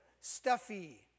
stuffy